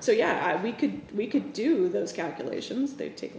so yeah we could we could do those calculations they take